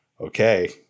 okay